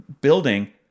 building